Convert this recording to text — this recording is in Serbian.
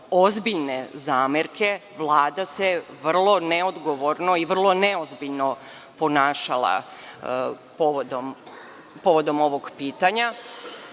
ozbiljne zamerke, Vlada se vrlo neodgovorno i vrlo neozbiljno ponašala povodom ovog pitanja. Prvo,